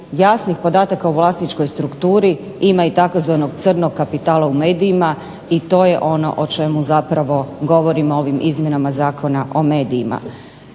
jasnih podataka u vlasničkoj strukturi ima i tzv. crnog kapitala u medijima i to je ono o čemu zapravo govorimo ovim izmjenama Zakona o medijima.